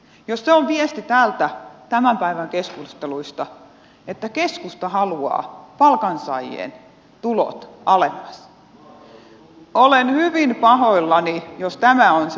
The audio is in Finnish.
jos se on viesti täältä tämän päivän keskusteluista että keskusta haluaa palkansaajien tulot alemmas olen hyvin pahoillani jos tämä on se päivän viesti